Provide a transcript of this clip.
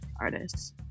artists